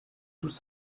tous